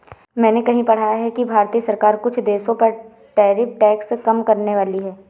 मैंने कहीं पढ़ा है कि भारतीय सरकार कुछ देशों पर टैरिफ टैक्स कम करनेवाली है